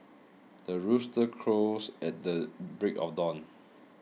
the rooster crows at the break of dawn